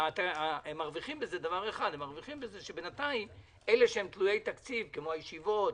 הם מרוויחים בזה שבינתיים אלה שהם תלויי תקציב כמו הישיבות,